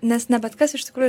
nes ne bet kas iš tikrųjų